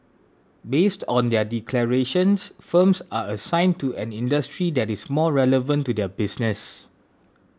based on their declarations firms are assigned to an industry that is most relevant to their business